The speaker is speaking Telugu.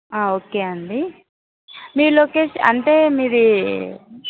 ఓకే అండి మీ లొకేషన్ అంటే మీది